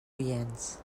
oients